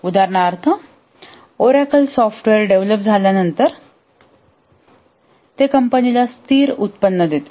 उदाहरणार्थ Oracle software develop झाल्यानंतर ते कंपनीला स्थिर उत्पन्न देते